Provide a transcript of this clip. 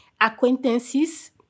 acquaintances